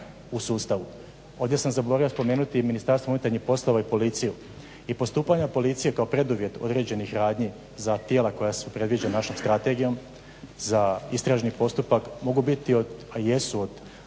u sustavu. Ovdje sam zaboravio spomenuti i Ministarstvo unutarnjih poslova i policiju i postupanja policije kao preduvjet određenih radnji za tijela koja su predviđena našom strategijom za istražni postupak mogu biti, a jesu od